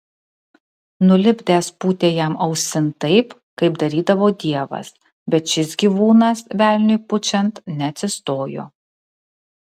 nulipdęs pūtė jam ausin taip kaip darydavo dievas bet šis gyvūnas velniui pučiant neatsistojo